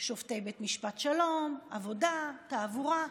שופטי בית משפט שלום, עבודה, תעבורה.